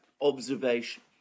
observation